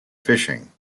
fishing